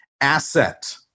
asset